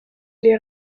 les